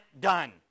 done